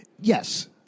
Yes